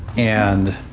and